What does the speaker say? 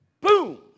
Boom